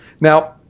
Now